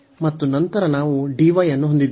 ಮತ್ತು ನಂತರ ನಾವು dy ಅನ್ನು ಹೊಂದಿದ್ದೇವೆ